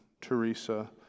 Teresa